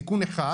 תיקון אחד.